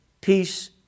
peace